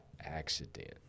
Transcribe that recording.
accident